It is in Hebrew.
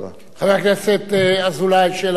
חבר הכנסת אזולאי, שאלה נוספת.